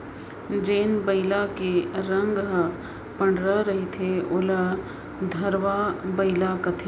जेन बइला के रंग ह पंडरा रहिथे ओला धंवरा बइला कथें